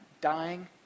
dying